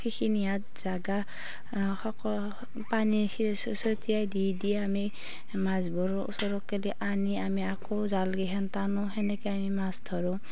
সেইখিনি ইয়াত জাগা পানী সিঁচি চ চটিয়াই দি দি আমি মাছবোৰ ওচৰলৈকে আনি আমি আকৌ জালকেইখন টানোঁ সেনেকৈ আমি মাছ ধৰোঁ